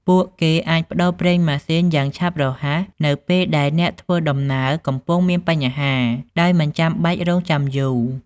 ពួកគេអាចប្តូរប្រេងម៉ាស៊ីនយ៉ាងឆាប់រហ័សនៅពេលដែលអ្នកធ្វើដំណើរកំពុងមានបញ្ហាដោយមិនចាំបាច់រង់ចាំយូរ។